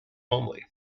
homely